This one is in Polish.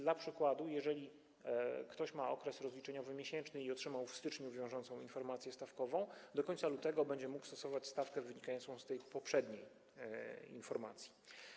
Dla przykładu, jeżeli ktoś ma miesięczny okres rozliczeniowy i otrzymał w styczniu wiążącą informację stawkową, do końca lutego będzie mógł stosować stawkę wynikającą z tej poprzedniej informacji.